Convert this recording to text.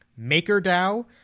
MakerDAO